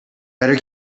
better